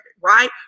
right